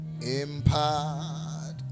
impart